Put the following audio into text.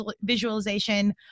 visualization